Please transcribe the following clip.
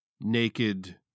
naked